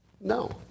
No